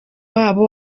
wabo